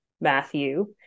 Matthew